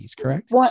correct